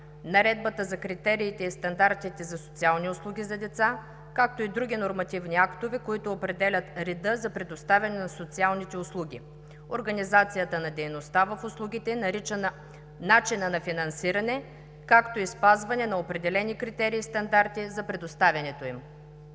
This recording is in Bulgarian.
Наредбата за критериите и стандартите за социални услуги за деца, както и други нормативни актове, които определят реда за предоставяне на социалните услуги. Организацията на дейността в услугите, начина на финансиране, както и спазване на определени критерии и стандарти за предоставянето им.